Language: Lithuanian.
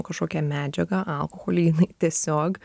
kažkokią medžiagą alkoholį jinai tiesiog